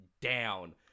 down